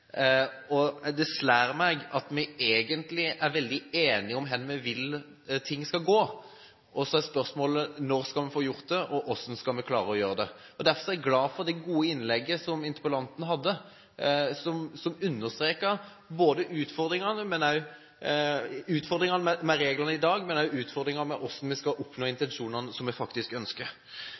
Det slår meg at vi egentlig er veldig enige om hvor vi vil ting skal gå. Men så er spørsmålet: Når skal vi få gjort det, og hvordan skal vi klare å gjøre det? Derfor er jeg glad for det gode innlegget interpellanten hadde, som understreket utfordringene med reglene i dag og utfordringene med hvordan vi skal oppnå det vi faktisk ønsker.